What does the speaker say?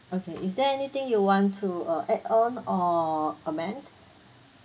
okay is there anything you want to uh add on or amend